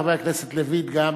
חבר הכנסת לוין גם,